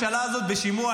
מה תקציב המשרד שלך?